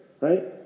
Right